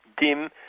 dim